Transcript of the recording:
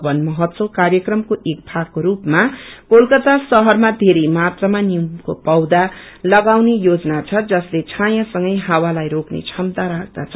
वनमहोत्सव कार्यक्रमको कए भागको स्रूपमा कोलकाता शहरमा बेरै मात्रामानीमको पौषा लगाउनु योजना छ जसले छायासँगै हावा लाई रोक्ने क्षमता राख्दछ